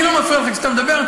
אני לא מפריע לך כשאתה מדבר,